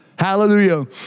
Hallelujah